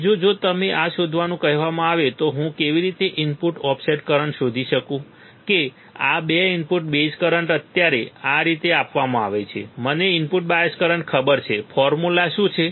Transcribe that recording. બીજું જો મને આ શોધવાનું કહેવામાં આવે તો હું કેવી રીતે ઇનપુટ ઓફસેટ કરંટ શોધી શકું કે આ 2 ઇનપુટ બેઝ કરંટ અત્યારે આ રીતે આપવામાં આવે છે મને ઇનપુટ બાયસ કરંટ ખબર છે ફોર્મ્યુલા શું છે